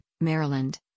Maryland